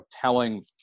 telling